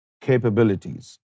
capabilities